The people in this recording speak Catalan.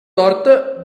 torta